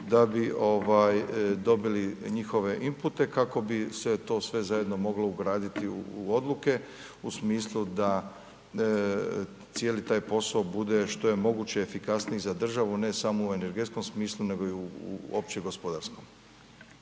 da bi dobili njihove inpute kako bi sve to sve zajedno mogli ugraditi u odluke u smislu da cijeli taj posao bude što je moguće efikasniji za državu, ne samo u energetskom smislu nego i u opće gospodarskom.